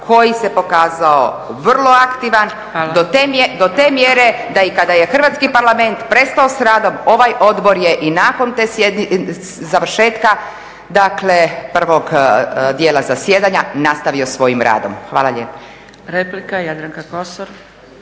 Zgrebec: Hvala./… … do te mjere da i kada je hrvatski Parlament prestao sa radom ovaj odbor je i nakon te sjednice, završetka dakle prvog dijela zasjedanja nastavio svojim radom. Hvala lijepo.